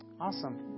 Awesome